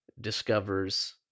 discovers